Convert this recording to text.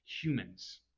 humans